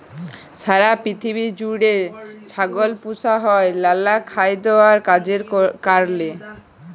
সারা পিথিবী জুইড়ে ছাগল পুসা হ্যয় লালা খাইদ্য আর কাজের কারলে